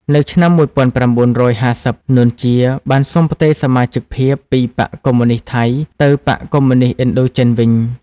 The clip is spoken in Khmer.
នៅឆ្នាំ១៩៥០ នួន ជា បានសុំផ្ទេរសមាជិកភាពពីបក្សកុម្មុយនិស្តថៃ ទៅបក្សកុម្មុយនិស្តឥណ្ឌូចិនវិញ។